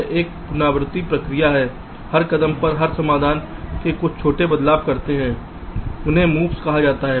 यह एक पुनरावृत्त प्रक्रिया है हर कदम पर हम समाधान में कुछ छोटे बदलाव करते हैं इन्हें मूव्स कहा जाता है